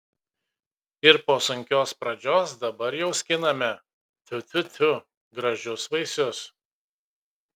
ir po sunkios pradžios dabar jau skiname tfu tfu tfu gražius vaisius